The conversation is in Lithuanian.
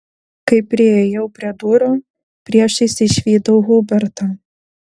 kai priėjau prie durų priešais išvydau hubertą